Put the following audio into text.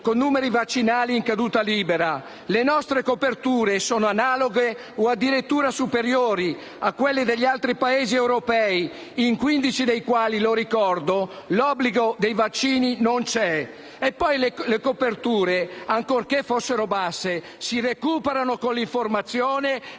con numeri vaccinali in caduta libera: le nostre coperture sono analoghe o addirittura superiori a quelle degli altri Paesi europei, in quindici dei quali - lo ricordo - l'obbligo dei vaccini non c'è. E poi le coperture, ancorché fossero basse, si recuperano con l'informazione